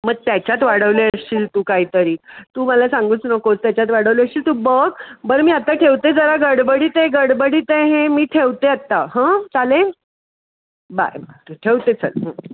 मग त्याच्यात वाढवले असशील तू काही तरी तू मला सांगूच नकोस त्याच्यात वाढवलेशील तू बघ बरं मी आता ठेवते जरा गडबडीत आहे गडबडीत आहे हे मी ठेवते आत्ता हां चालेल बाय बाय ठेवते चल